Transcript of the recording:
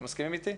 מסכימים איתי?